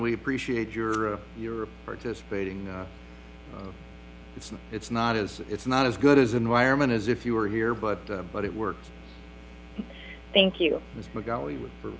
we appreciate your your participating it's not as it's not as good as environment as if you were here but but it worked thank you for